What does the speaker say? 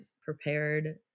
prepared